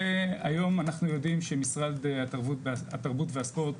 והיום אנחנו יודעים שמשרד התרבות והספורט